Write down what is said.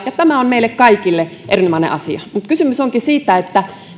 ja tämä on meille kaikille erinomainen asia mutta kysymys onkin siitä